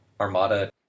Armada